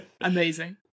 Amazing